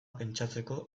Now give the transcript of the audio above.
pentsatzeko